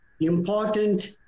important